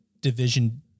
division